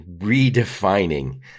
redefining